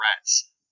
rats